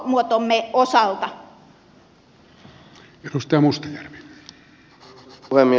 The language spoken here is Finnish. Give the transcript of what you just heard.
arvoisa puhemies